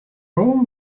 room